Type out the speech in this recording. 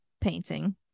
painting